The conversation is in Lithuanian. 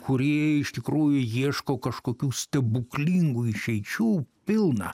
kurie iš tikrųjų ieško kažkokių stebuklingų išeičių pilna